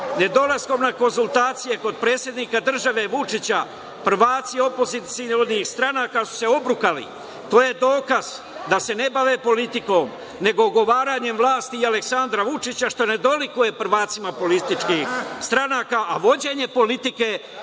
Ne dolaskom na konsultacije kod predsednika države Vučića, prvaci opozicionih stranaka su se obrukali. To je dokaz da se ne bave politikom nego ogovaranjem vlasti i Aleksandra Vučića, što ne dolikuje prvacima političkih stranaka, a vođenje politike